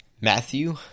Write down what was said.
Matthew